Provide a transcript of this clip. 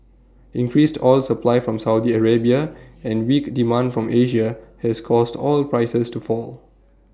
increased oil supply from Saudi Arabia and weak demand from Asia has caused oil prices to fall